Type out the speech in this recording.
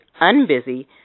unbusy